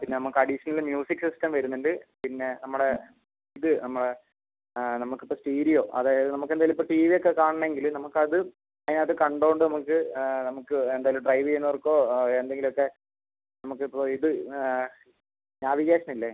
പിന്നെ നമുക്ക് additional music system വരുന്നുണ്ട് പിന്നെ നമ്മുടെ ഇത് നമ്മളുടെ നമുക്കിപ്പോൾ സ്റ്റീരിയോ അതായത് നമുക്ക് എന്തേലും ഇപ്പം ടി വി ഒക്കെ കാണണമെങ്കിൽ നമുക്ക് അത് അതിനകത്ത് കണ്ടോണ്ട് നമുക്ക് നമുക്ക് എന്തായാലും ഡ്രൈവ് ചെയ്യുന്നവർക്കോ എന്തെങ്കിലും ഒക്കെ നമുക്കിപ്പം ഇത് ഞാൻ വിചാരിച്ചിനില്ലെ